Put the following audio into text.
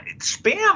Spam